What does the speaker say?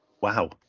Wow